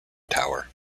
tower